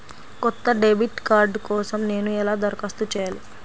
కొత్త debit card కోసం నేను ఎలా దరఖాస్తు చేయాలి?